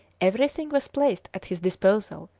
everything was placed at his disposal,